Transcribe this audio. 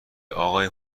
آقای